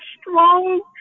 strong